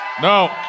No